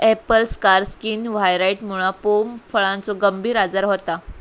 Apple scar skin व्हायरॉइडमुळा pome फळाचो गंभीर आजार होता